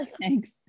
Thanks